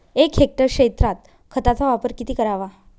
एक हेक्टर क्षेत्रात खताचा वापर किती करावा?